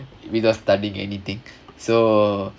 without studying anything so